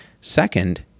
Second